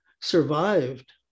survived